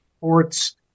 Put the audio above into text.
ports